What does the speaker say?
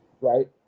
right